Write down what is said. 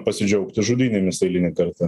pasidžiaugti žudynėmis eilinį kartą